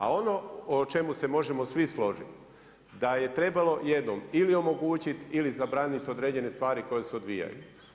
A ono o čemu se možemo svi složiti da je trebalo jednom ili omogućiti ili zabraniti određene stvari koje se odvijaju.